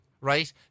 Right